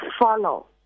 follow